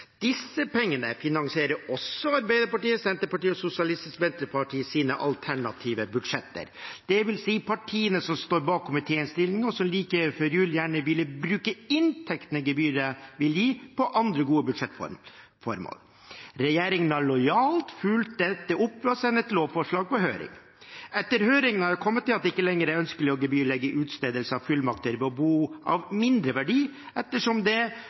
Disse pengene finansierer også Arbeiderpartiets, Senterpartiets og Sosialistisk Venstrepartis alternative budsjetter, dvs. de partiene som står bak komitéinnstillingen, og som like før jul gjerne ville bruke inntektene gebyret ville gi, på andre gode budsjettformål. Regjeringen har lojalt fulgt dette opp ved å sende et lovforslag på høring. Etter høringen har jeg kommet til at det ikke lenger er ønskelig å gebyrlegge utstedelse av fullmakter ved bo av mindre verdi ettersom det